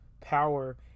power